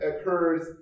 occurs